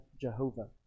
Jehovah